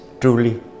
truly